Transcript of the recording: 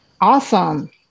Awesome